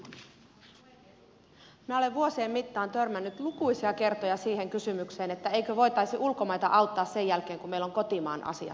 minä olen vuosien mittaan törmännyt lukuisia kertoja siihen kysymykseen että eikö voitaisi ulkomaita auttaa sen jälkeen kun meillä ovat kotimaan asiat kunnossa